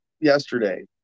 yesterday